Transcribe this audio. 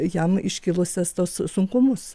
jam iškilusias tuos sunkumus